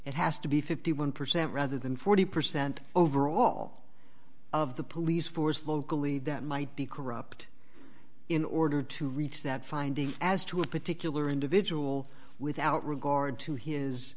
it has to be fifty one percent rather than forty percent overall of the police force locally that might be corrupt in order to reach that finding as to a particular individual without regard to